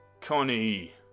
Connie